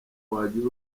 wagiye